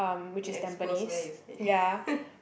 you expose where you stay